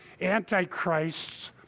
Antichrist's